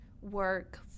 work